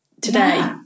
today